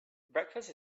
breakfast